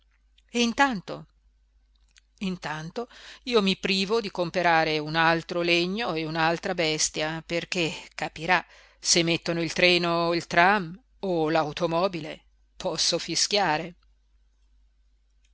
e intanto intanto io mi privo di comperare un altro legno e un'altra bestia perché capirà se mettono il treno o il tram o l'automobile posso fischiare